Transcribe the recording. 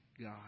God